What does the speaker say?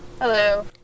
Hello